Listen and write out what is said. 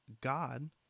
God